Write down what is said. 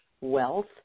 wealth